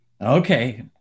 Okay